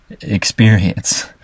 experience